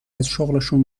ازشغلشون